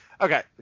Okay